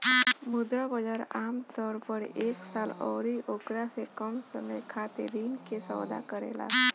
मुद्रा बाजार आमतौर पर एक साल अउरी ओकरा से कम समय खातिर ऋण के सौदा करेला